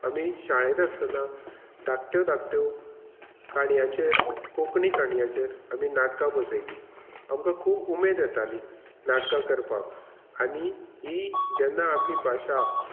आमी शाळेंत आसतना धाकट्यो धाकट्यो काणयाचेर कोंकणी काणयाचेर आमी नाटकां बसयलीं आमकां खूब उमेद येतालीं नाटकां करपाक आनी ही जेन्ना आमी भाशा